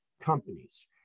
companies